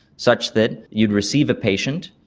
such that you'd receive a patient,